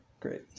Great